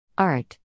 Art